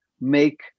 make